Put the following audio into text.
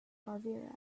bavaria